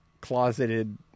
closeted